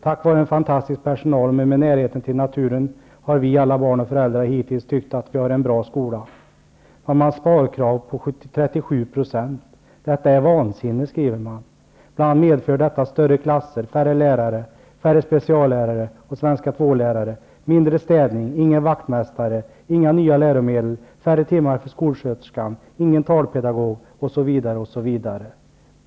Tack vare en fantastisk personal och med närheten till naturen har barn och föräldrar hittills tyckt att de har en bra skola. Nu har man sparkrav på 37 %. Detta är vansinne, skriver man. Bl.a. medför detta större klasser, färre lärare, färre speciallärare och svenska-två-lärare, mindre städning, ingen vaktmästare, inga nya läromedel, färre timmar skolsköterska, ingen talpedagog osv. osv.